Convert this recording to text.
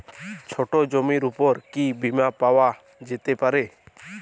ছোট জমির উপর কি বীমা পাওয়া যেতে পারে?